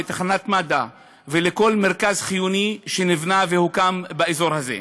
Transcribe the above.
לתחנת מד"א ולכל מרכז חיוני שנבנה והוקם באזור הזה.